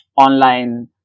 online